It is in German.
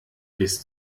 bis